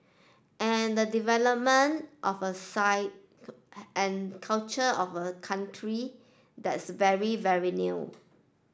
and the development of a and culture of a country that's very very new